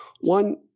One